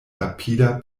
rapida